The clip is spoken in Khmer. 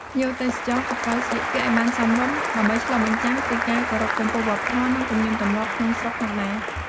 ភ្ញៀវទេសចរក៏ត្រូវស្លៀកពាក់ឲ្យបានសមរម្យ ដើម្បីឆ្លុះបញ្ចាំងពីការគោរពចំពោះវប្បធម៌ និងទំនៀមទម្លាប់ក្នុងស្រុកផងដែរ។